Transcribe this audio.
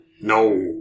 No